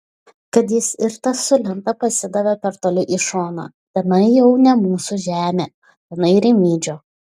kad jis ir tas su lenta pasidavė per toli į šoną tenai jau ne mūsų žemė tenai rimydžio